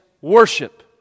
worship